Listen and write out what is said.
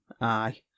Aye